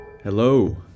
Hello